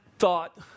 thought